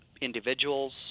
individuals